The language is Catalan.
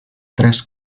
tres